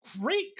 great